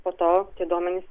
po to tie duomenys